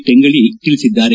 ಟೆಂಗಳ ತಿಳಿಸಿದ್ದಾರೆ